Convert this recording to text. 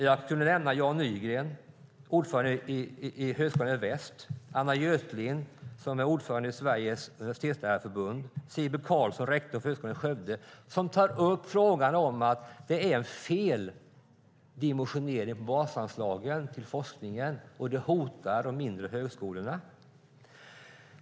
Låt mig nämna Jan Nygren, styrelseordförande i Högskolan Väst, Anna Götlind, ordförande i Sveriges universitetslärarförbund, och Sigbritt Karlsson, rektor för Högskolan i Skövde, som tar upp frågan om att det är en feldimensionering på basanslagen till forskningen, vilket hotar de mindre högskolorna.